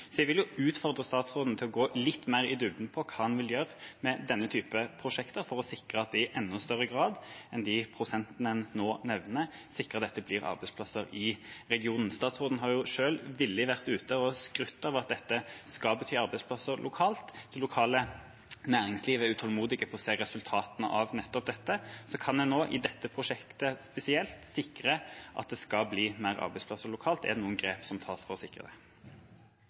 Så jeg vil utfordre statsråden til å gå litt mer i dybden på hva han vil gjøre med denne typen prosjekter for at vi i enda større grad enn de prosentene han nå nevner, sikrer at det blir arbeidsplasser i regionen. Statsråden har jo selv villig vært ute og skrytt av at dette skal bety arbeidsplasser lokalt. Det lokale næringslivet er utålmodig etter å se resultatene av nettopp dette. Så kan en nå i dette prosjektet spesielt sikre at det skal bli flere arbeidsplasser lokalt? Er det noen grep som tas for å sikre det?